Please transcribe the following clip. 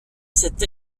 cet